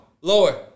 Lower